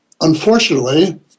unfortunately